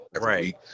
right